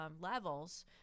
levels